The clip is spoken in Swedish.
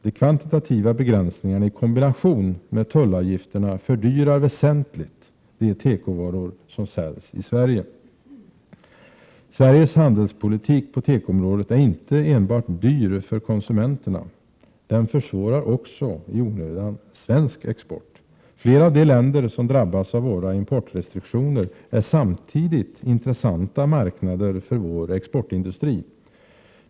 De kvantitativa begränsningarna i kombination med tullavgifterna fördyrar väsentligt de tekovaror som säljs i Sverige. Sveriges handelspolitik på tekoområdet är inte enbart dyr för konsumenterna, den försvårar också i onödan svensk export. Flera av de länder som drabbas av våra importrestriktioner är samtidigt intressanta marknader för vår exportindustri.